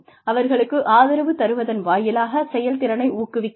அவர்களுக்கு ஆதரவு தருவதன் வாயிலாகச் செயல்திறனை ஊக்குவிக்கலாம்